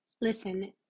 listen